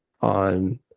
on